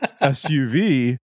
suv